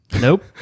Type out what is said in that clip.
Nope